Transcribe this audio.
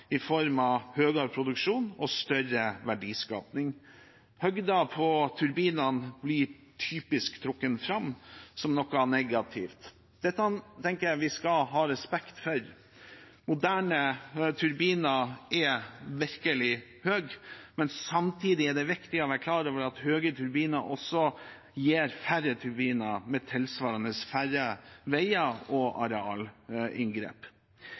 i form av høyere produksjon og større verdiskapning. Høyden på turbinene blir typisk trukket fram som noe negativt. Dette tenker jeg vi skal ha respekt for. Moderne turbiner er virkelig høye, men samtidig er det viktig å være klar over at høyere turbiner også gir færre turbiner med tilsvarende færre veier og arealinngrep.